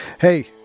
hey